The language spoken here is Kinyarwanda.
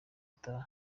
gutaha